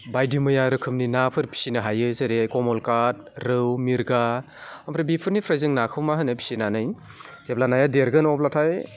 बायदि मैया रोखोमनि नाफोर फिसिनो हायो जेरै कमलकाट रौ मिरगा ओमफ्राय बेफोरनिफ्राय जों नाखौ मा होनो फिसिनानै जेब्लानो देरगोन अब्लाथाय